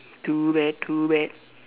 too bad too bad